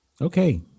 Okay